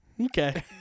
Okay